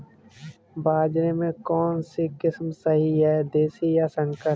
बाजरे की कौनसी किस्म सही हैं देशी या संकर?